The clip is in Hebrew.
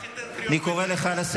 לא אמרתי יאללה יאללה,